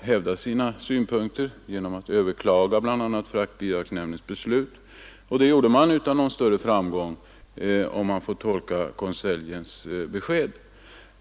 hävda sina synpunkter på många sätt, bl.a. genom att överklaga fraktbidragsnämndens beslut — något som NJA gjorde utan större framgång, om konseljens besked är riktigt tolkat.